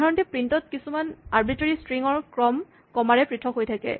সাধাৰণতে প্ৰিন্ট ত কিছুমান আৰ্বিট্ৰেৰী স্ট্ৰিং ৰ ক্ৰম কমা ৰে পৃথক হৈ থাকে